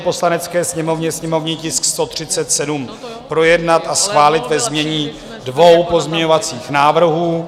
Poslanecké sněmovně sněmovní tisk 137 projednat a schválit ve znění dvou pozměňovacích návrhů.